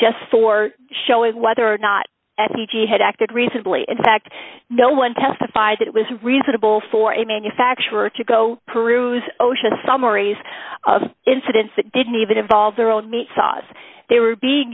just for showing whether or not he had acted reasonably in fact no one testified that it was reasonable for a manufacturer to go peruse osha summaries of incidents that didn't even involve their own meat sauce they were being